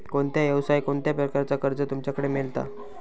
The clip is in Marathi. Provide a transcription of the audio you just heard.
कोणत्या यवसाय कोणत्या प्रकारचा कर्ज तुमच्याकडे मेलता?